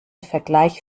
vergleich